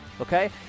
Okay